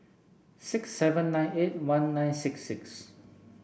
six seven nine eight one nine six six